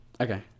Okay